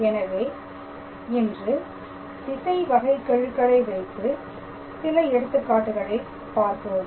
எனவே இன்று திசை வகைகெழுகளை வைத்து சில எடுத்துக்காட்டுகளை பார்ப்போம்